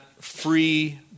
free